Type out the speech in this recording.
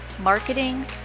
marketing